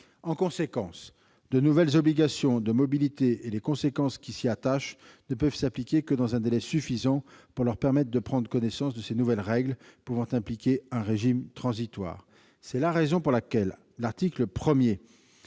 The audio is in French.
De ce fait, les nouvelles obligations de mobilité et les conséquences qui s'y attachent ne peuvent s'appliquer que dans un délai suffisant pour permettre aux magistrats de prendre connaissance de ces nouvelles règles, qui peuvent impliquer un régime transitoire. C'est la raison pour laquelle l'article 1